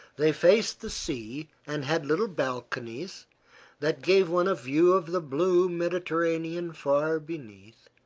they faced the sea and had little balconies that gave one a view of the blue mediterranean far beneath,